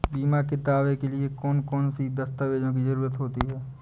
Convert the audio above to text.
बीमा के दावे के लिए कौन कौन सी दस्तावेजों की जरूरत होती है?